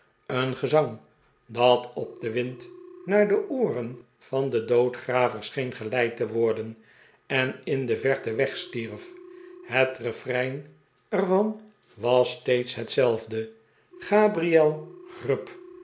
een gezang dat op den de pickwick club wind naar de ooren van den doodgraver scheen geleid te worden eri in de verte wegstierfj het refrein er van was steeds hetzelfde gabriel grub